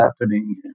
happening